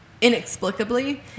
inexplicably